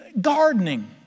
gardening